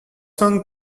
song